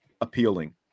appealing